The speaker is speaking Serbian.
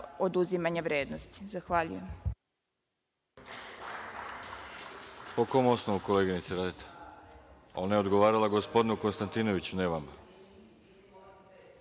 oduzimanja vrednosti. Zahvaljujem.